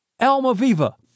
Almaviva